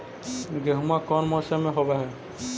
गेहूमा कौन मौसम में होब है?